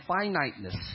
finiteness